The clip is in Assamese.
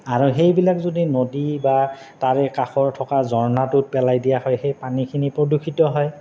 আৰু সেইবিলাক যদি নদী বা তাৰে কাষৰ থকা ঝৰ্ণাটোত পেলাই দিয়া হয় সেই পানীখিনি প্ৰদূষিত হয়